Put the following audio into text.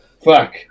fuck